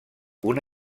una